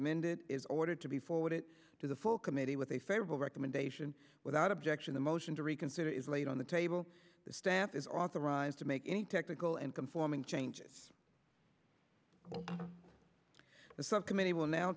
amended is ordered to be forward it to the full committee with a favorable recommendation without objection the motion to reconsider is laid on the table the staff is authorized to make any technical and conforming changes the subcommittee will now